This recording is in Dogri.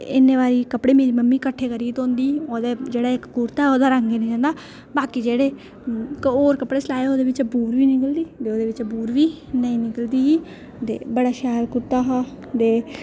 इन्ने बारी मेरी मम्मी किट्ठे करियै धोंदी ओह्दा जेह्का इक कुरता ओह्दा रंग निं जंदा बाकी जेह्ड़े होर कपड़े सिलाये ओह्दे बिच्चा बुर बी निकलदी ते ओह्दे बिच्चा बुर बी नेईं निकलदी ते बड़ा शैल कुरता हा ते